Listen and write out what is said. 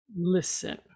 listen